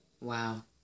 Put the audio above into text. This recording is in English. Wow